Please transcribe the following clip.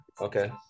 Okay